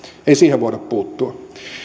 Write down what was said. ei siihen voida puuttua